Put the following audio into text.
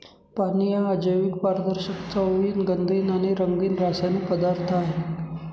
पाणी हा अजैविक, पारदर्शक, चवहीन, गंधहीन आणि रंगहीन रासायनिक पदार्थ आहे